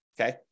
okay